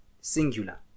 singular